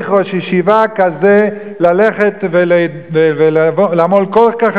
צריך להתנענע עם הפרקינסון שלו וללכת ממקום למקום,